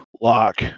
lock